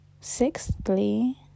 Sixthly